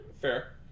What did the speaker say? Fair